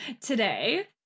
today